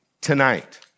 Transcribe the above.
tonight